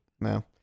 No